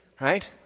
Right